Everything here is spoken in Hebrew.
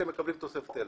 הם מקבלים תוספת אילת.